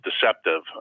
deceptive